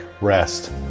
rest